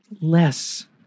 less